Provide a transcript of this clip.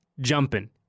jumping